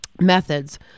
methods